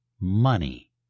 money